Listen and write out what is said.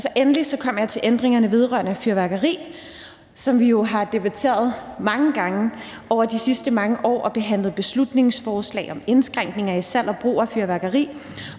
Endelig kommer jeg til ændringerne vedrørende fyrværkeri, som vi jo har debatteret mange gange over de sidste mange år. Vi har behandlet beslutningsforslag om indskrænkning af salg og brug af fyrværkeri,